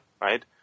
right